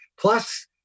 plus